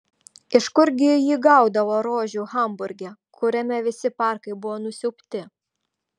iš kurgi ji gaudavo rožių hamburge kuriame visi parkai buvo nusiaubti